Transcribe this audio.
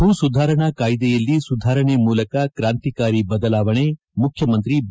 ಭೂ ಸುಧಾರಣಾ ಕಾಯ್ದೆಯಲ್ಲಿ ಸುಧಾರಣೆ ಮೂಲಕ ಕ್ರಾಂತಿಕಾರಿ ಬದಲಾವಣೆ ಮುಖ್ಜಮಂತ್ರಿ ಬಿ